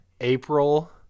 April